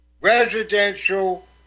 residential